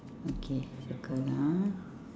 okay circle ah